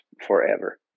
forever